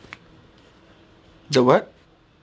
the what